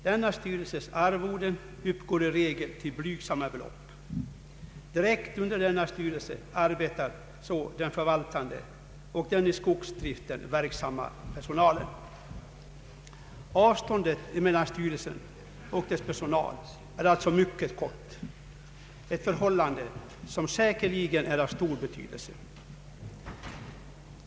Denna styrelses arvode uppgår i regel till blygsamma belopp. Direkt under denna styrelse arbetar så den förvaltande och den i skogsdriften verksamma personalen. Avståndet mellan styrelsen och dess personal är alltså mycket kort, ett förhållande som säkerligen är av stor betydelse.